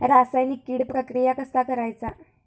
रासायनिक कीड प्रक्रिया कसा करायचा?